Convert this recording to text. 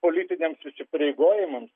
politiniams įsipareigojimams